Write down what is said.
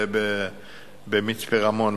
במצפה-רמון.